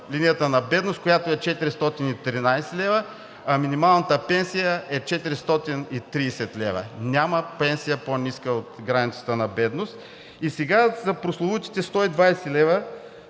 линията на бедност, която е 413 лв., а минималната пенсия е 430 лв. Няма пенсия, по-ниска от границата на бедност. И сега за прословутите 120 лв.,